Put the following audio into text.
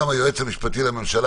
גם היועץ המשפטי לממשלה,